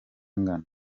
angana